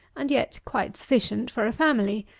and yet quite sufficient for a family.